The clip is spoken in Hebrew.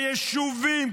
יישובים,